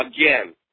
again